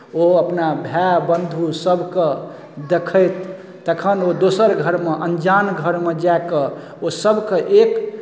ओ अपना भाय बंधु सभकेँ देखैत तखन ओ दोसर घरमे अंजान घरमे जाए कऽ ओ सभके एक